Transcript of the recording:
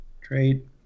trade